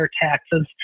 taxes